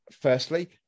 firstly